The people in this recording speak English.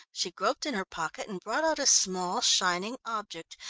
she groped in her pocket and brought out a small shining object,